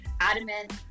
adamant